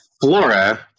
Flora